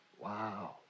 Wow